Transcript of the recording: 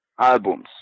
albums